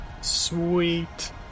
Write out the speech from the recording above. Sweet